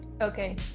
Okay